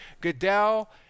Goodell